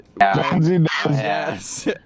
Yes